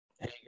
Hey